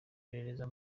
perezida